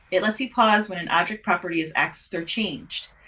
it lets you pause when an object property is accessed or changed.